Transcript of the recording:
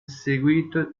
seguito